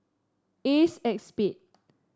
Acexpade